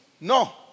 No